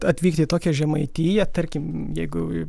atvykti į tokią žemaitiją tarkim jeigu